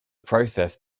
process